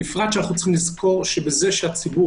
בפרט שאנחנו צריכים לזכור שכאשר הציבור